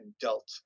dealt